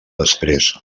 després